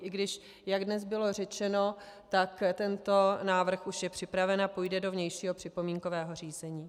I když, jak dnes bylo řečeno, tak tento návrh už je připraven a půjde do vnějšího připomínkového řízení.